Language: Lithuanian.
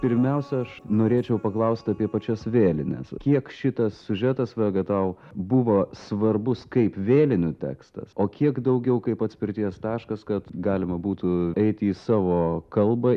pirmiausia aš norėčiau paklaust apie pačias vėlines kiek šitas siužetas vega tau buvo svarbus kaip vėlinių tekstas o kiek daugiau kaip atspirties taškas kad galima būtų eiti į savo kalbą